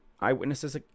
eyewitnesses